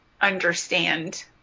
understand